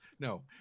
No